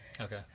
Okay